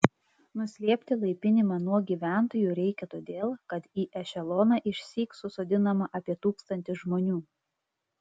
nuslėpti laipinimą nuo gyventojų reikia todėl kad į ešeloną išsyk susodinama apie tūkstantį žmonių